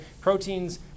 Proteins